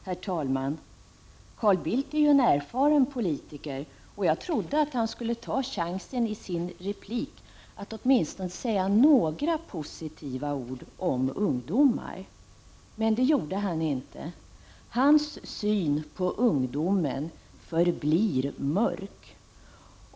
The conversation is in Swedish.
Herr talman! Carl Bildt är ju en erfaren politiker, och jag trodde att han skulle ta chansen i sin replik att säga åtminstone några positiva ord om ungdomar. Men det gjorde han inte. Hans syn på ungdomen förblir mörk.